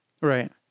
Right